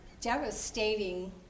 devastating